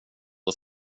och